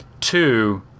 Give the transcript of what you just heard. Two